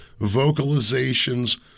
vocalizations